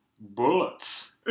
bullets